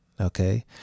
okay